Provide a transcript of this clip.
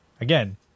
again